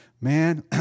Man